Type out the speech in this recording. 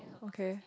okay